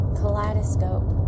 kaleidoscope